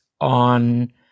on